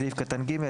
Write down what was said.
בסעיף קטן (ג)